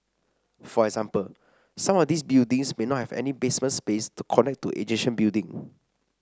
for example some of these buildings may not have any basement space to connect to adjacent building